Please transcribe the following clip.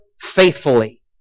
faithfully